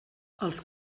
els